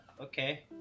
okay